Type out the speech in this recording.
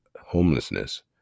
homelessness